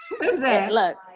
look